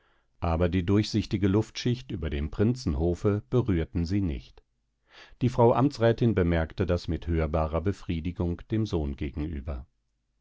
aber die durchsichtige luftschicht über dem prinzenhofe berührten sie nicht die frau amtsrätin bemerkte das mit hörbarer befriedigung dem sohn gegenüber